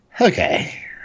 Okay